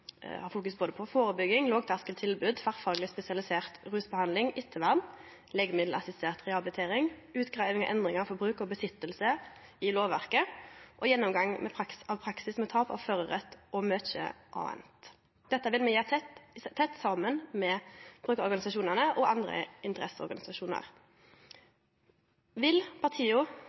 på både førebygging, lågterskeltilbod, tverrfagleg spesialisert rusbehandling, ettervern, legemiddelassistert rehabilitering, utgreiing av endringar i lovverket for bruk og innehaving, og gjennomgang av praksis ved tap av førarrett – og mykje anna. Dette vil me gjere tett saman med brukarorganisasjonane og andre interesseorganisasjonar. Vil partia